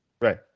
Right